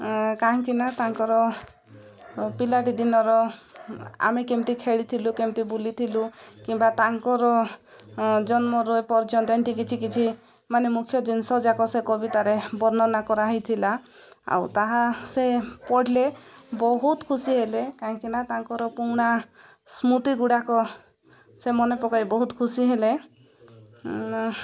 କାହିଁକିନା ତାଙ୍କର ପିଲାଟି ଦିନର ଆମେ କେମିତି ଖେଳିଥିଲୁ କେମିତି ବୁଲିଥିଲୁ କିମ୍ବା ତାଙ୍କର ଜନ୍ମ ରହି ପର୍ଯ୍ୟନ୍ତ ଏମିତି କିଛି କିଛି ମାନେ ମୁଖ୍ୟ ଜିନିଷ ଯାକ ସେ କବିତାରେ ବର୍ଣ୍ଣନା କରା ହେଇଥିଲା ଆଉ ତାହା ସେ ପଢ଼ିଲେ ବହୁତ ଖୁସି ହେଲେ କାହିଁକିନା ତାଙ୍କର ପୁରୁଣା ସ୍ମୃତି ଗୁଡ଼ାକ ସେ ମନେ ପକାଇ ବହୁତ ଖୁସି ହେଲେ